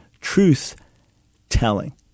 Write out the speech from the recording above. truth-telling